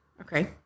Okay